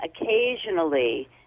occasionally